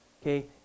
okay